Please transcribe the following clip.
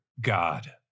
God